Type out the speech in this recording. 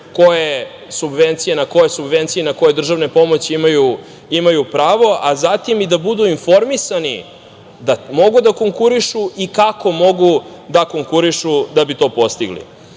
koje subvencije i na koju državnu pomoć imaju pravu, a zatim i da budu informisani da mogu da konkurišu i kako mogu da konkurišu da bi to postigli. Pre